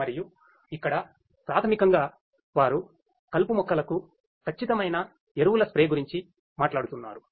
మరియు ఇక్కడ ప్రాథమికంగా వారు కలుపు మొక్కలకు సరఇన ఎరువుల స్ప్రే గురించి మాట్లాడుతున్నారు